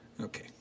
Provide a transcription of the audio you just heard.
Okay